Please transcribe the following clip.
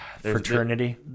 fraternity